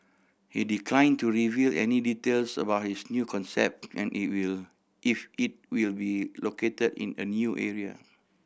he decline to reveal any details about his new concept and if will if it will be located in a new area